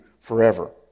forever